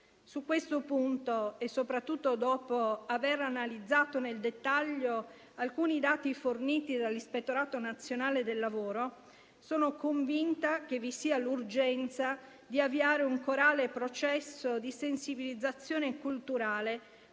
Su questo punto e soprattutto dopo aver analizzato nel dettaglio alcuni dati forniti dall'Ispettorato nazionale del lavoro, sono convinta che vi sia l'urgenza di avviare un corale processo di sensibilizzazione culturale